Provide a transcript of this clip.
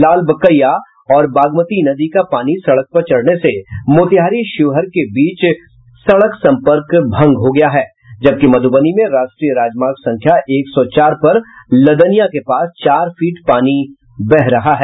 लालबकैया और बागमती नदी का पानी सड़क पर चढ़ने से मोतिहारी शिवहर के बीच सड़क सम्पर्क भंग हो गया है जबकि मधुबनी में राष्ट्रीय राजमार्ग संख्या एक सौ चार पर लदनिया के पास चार फीट पानी बह रहा है